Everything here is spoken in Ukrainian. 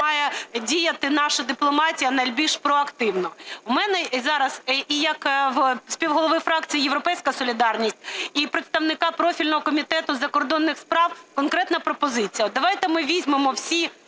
має діяти наша дипломатія найбільш проактивно. У мене зараз і як в співголови фракції "Європейська солідарність", і представника профільного Комітету у закордонних справах конкретна пропозиція: давайте ми візьмемо всі